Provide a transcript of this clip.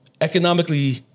economically